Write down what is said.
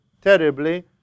terribly